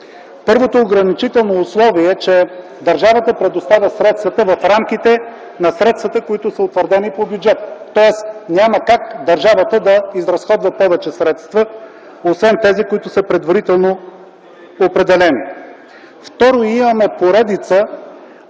Първото ограничително условие е, че държавата предоставя средствата в рамките на средствата, които са утвърдени по бюджет. Тоест няма как държавата да изразходва повече средства, освен тези, които са предварително определени. Второ, имаме поредица от